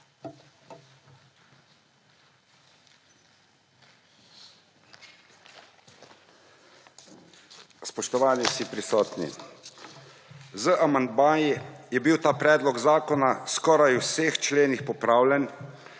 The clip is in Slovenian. Spoštovani vsi prisotni! Z amandmaji je bil ta predlog zakona skoraj v vseh členih popravljen,